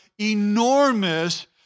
enormous